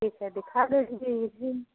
ठीक है दिखा दे दीजिए यह भी